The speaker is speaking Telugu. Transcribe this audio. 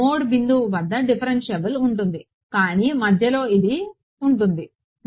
నోడ్ బిందువు వద్ద డిఫ్ఫరెన్షియబుల్ ఉంటుంది కానీ మధ్యలో ఇది ఉంటుంది సమయం 1016 చూడండి